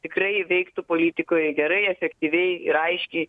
tikrai veiktų politikoje gerai efektyviai ir aiškiai